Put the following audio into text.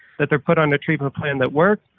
that they put under treatment plan that works,